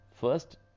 first